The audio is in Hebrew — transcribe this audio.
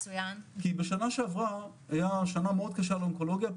כי שנה שעברה היתה שנה מאוד קשה לאונקולוגיה.